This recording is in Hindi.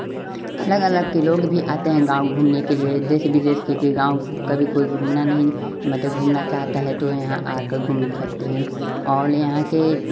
अलग अलग के लोग भी आते हैं गाँव घूमने के लिए देश विदेश के के गाँव कभी कोई घूमना नहीं मते घूमना चाहता है तो यहाँ आकर घूम सकते हैं और यहाँ के